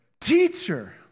teacher